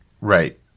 Right